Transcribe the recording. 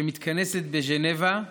שמתכנסת בז'נבה,